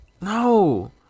No